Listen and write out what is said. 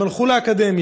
הם הלכו לאקדמיה,